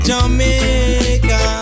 Jamaica